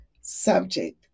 subject